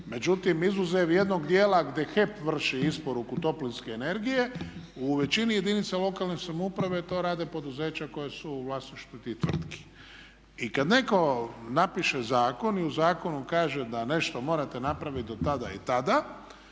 Međutim, izuzev jednog dijela gdje HEP vrši isporuku toplinske energije u većini jedinica lokalne samouprave to rade poduzeća koja su u vlasništvu dvije tvrtke. I kad netko napiše zakon i u zakonu kaže da nešto morate napraviti do tada i tada